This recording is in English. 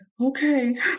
okay